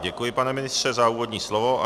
Děkuji, pane ministře za úvodní slovo.